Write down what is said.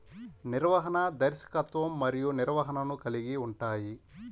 నిర్వహణ, దర్శకత్వం మరియు నిర్వహణను కలిగి ఉంటాయి